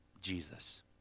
Jesus